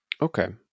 okay